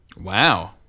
Wow